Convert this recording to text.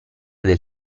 del